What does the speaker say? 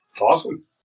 Awesome